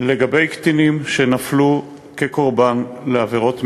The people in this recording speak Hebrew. לגבי קטינים שנפלו קורבן לעבירות מין,